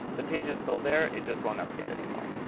the page is still there. it just won't update anymore.